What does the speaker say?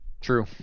True